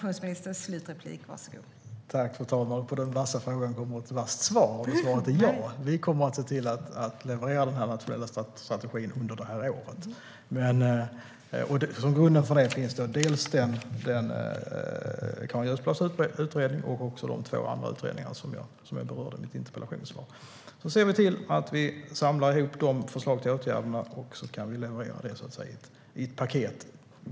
Fru talman! På den vassa frågan kommer ett vasst svar. Det svaret är ja. Vi kommer att se till att leverera den här nationella strategin under det här året. Grunden till strategin är Carin Götblads utredning och de två andra utredningarna som jag berörde i mitt interpellationssvar. Vi ser till att samla ihop de utredningarnas förslag till åtgärder, och så kan vi leverera det i ett paket.